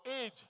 age